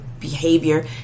behavior